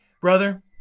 Brother